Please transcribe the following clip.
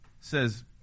says